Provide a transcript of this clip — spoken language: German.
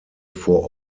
vor